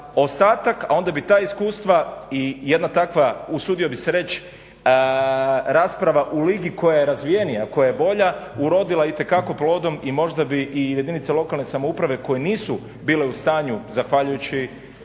ostatak a onda bi ta iskustva i jedna takva usudio bih se reći rasprava u ligi koja je razvijenija, koja je bolja, urodila itekako plodom i možda bi i jedinice lokalne samouprave koje nisu bile u stanju zahvaljujući